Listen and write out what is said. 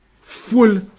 full